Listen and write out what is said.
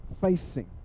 facing